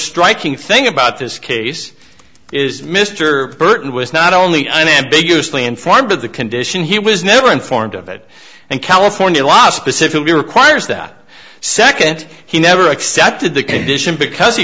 striking thing about this case is mr burton was not only unambiguous lee informed of the condition he was never informed of it and california law specifically requires that second he never accepted the condition because he